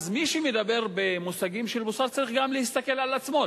מי שמדבר במושגים של מוסר צריך גם להסתכל על עצמו,